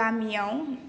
गामियाव